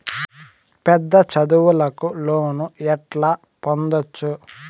పెద్ద చదువులకు లోను ఎట్లా పొందొచ్చు